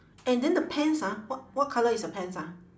and then the pants ah wha~ what colour is your pants ah